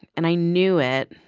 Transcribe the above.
and i knew it.